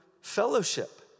fellowship